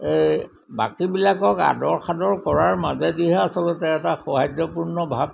এই বাকীবিলাকক আদৰ সাদৰ কৰাৰ মাজেদিহে আচলতে এটা সহায্যপূৰ্ণ ভাৱ